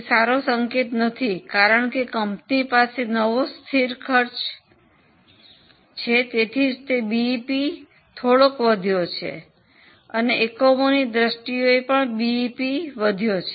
તે સારું સંકેત નથી કારણ કે કંપની પાસે નવી સ્થિર ખર્ચ છે તેથી જ બીઇપી થોડો વધ્યો છે અને એકમોની દ્રષ્ટિએ પણ બીઇપી વધી છે